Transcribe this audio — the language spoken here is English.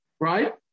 Right